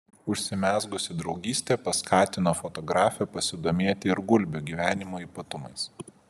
užsimezgusi draugystė paskatino fotografę pasidomėti ir gulbių gyvenimo ypatumais